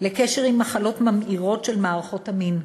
של קשר עם מחלות ממאירות של מערכות המין.